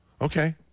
Okay